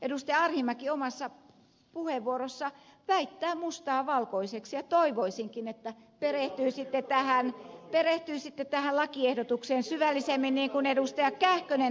arhinmäki omassa puheenvuorossaan väittää mustaa valkoiseksi ja toivoisinkin että perehtyisitte tähän lakiehdotukseen syvällisemmin niin kuin ed